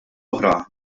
oħra